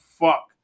fuck